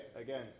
Again